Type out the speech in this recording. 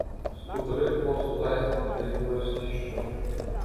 skudurai buvo sulaistyti degiuoju skysčiu